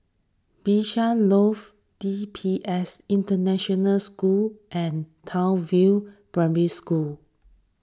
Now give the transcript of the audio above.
Bishan Loft D P S International School and Townsville Primary School